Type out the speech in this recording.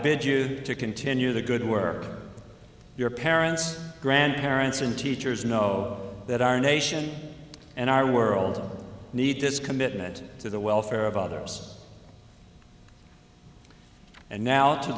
bid you to continue the good work your parents grandparents and teachers know that our nation and our world need this commitment to the welfare of others and now to